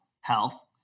health